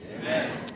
Amen